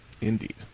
Indeed